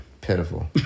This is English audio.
Pitiful